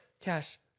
Cash